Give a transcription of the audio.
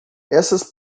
essas